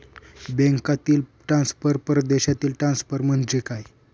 बँकांतील ट्रान्सफर, परदेशातील ट्रान्सफर म्हणजे काय?